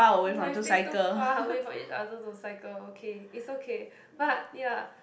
but you stay too far away from each other to cycle okay is okay but ya